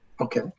okay